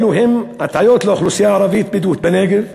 אלו הן הטעיות לאוכלוסייה הערבית-בדואית בנגב.